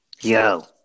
Yo